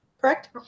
correct